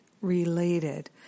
related